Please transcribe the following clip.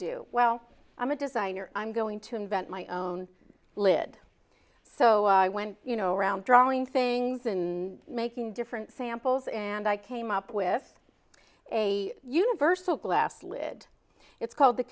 do well i'm a designer i'm going to invent my own lid so i went around drawing things and making different samples and i came up with a universal glass lid it's called the